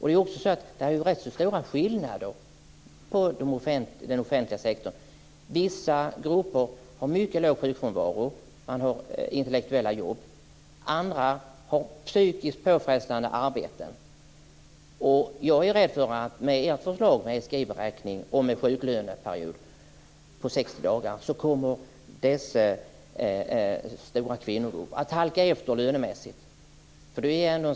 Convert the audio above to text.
Det finns rätt så stora skillnader inom den offentliga sektorn. Vissa grupper med intellektuella jobb har mycket låg sjukfrånvaro. Andra har psykiskt påfrestande arbeten. Jag är rädd för att med ert förslag om en sjuklöneperiod på 60 dagar kommer dessa stora kvinnogrupper att halka efter lönemässigt.